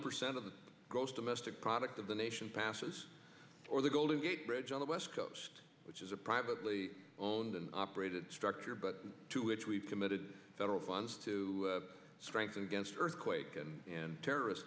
percent of the gross domestic product of the nation passes or the golden gate bridge on the west coast which is a privately owned and operated structure but to which we've committed federal funds to strengthen against earthquake and terrorist